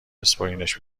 بسپرینش